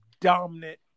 dominant